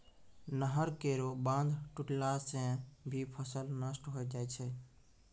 नहर केरो बांध टुटला सें भी फसल नष्ट होय जाय छै